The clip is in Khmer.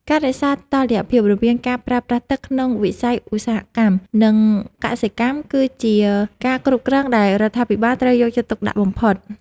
ការរក្សាតុល្យភាពរវាងការប្រើប្រាស់ទឹកក្នុងវិស័យឧស្សាហកម្ម និងកសិកម្មគឺជាការគ្រប់គ្រងដែលរដ្ឋាភិបាលត្រូវយកចិត្តទុកដាក់បំផុត។